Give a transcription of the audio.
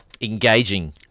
Engaging